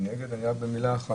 מי נמנע.